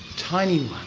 tiny